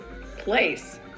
place